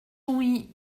oui